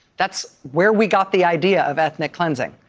that's where we got the idea of ethnic cleansing.